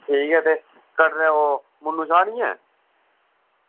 ठीक ऐ ते कटरै ओह् मुन्नू शाह् नि ऐ